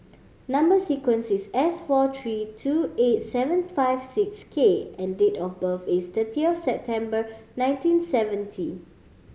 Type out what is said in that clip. number sequence is S four three two eight seven five six K and date of birth is thirtieth September nineteen seventy